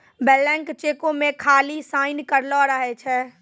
blank चेको मे खाली साइन करलो रहै छै